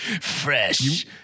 Fresh